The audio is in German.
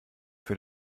für